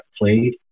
played